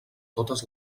totes